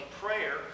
prayer